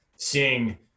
seeing